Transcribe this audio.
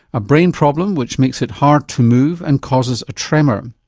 a brain problem which makes it hard to move and causes a tremor.